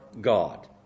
God